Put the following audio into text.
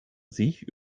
sich